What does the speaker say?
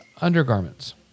undergarments